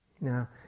Now